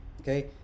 okay